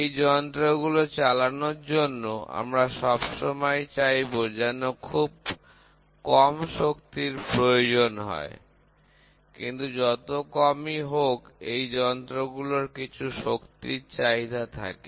এই যন্ত্র গুলো চালানোর জন্য আমরা সবসময়ই চাইবো যেন খুব কম শক্তির প্রয়োজন হয় কিন্তু যত কমই হোক এই যন্ত্রগুলোর কিছু শক্তির চাহিদা থাকে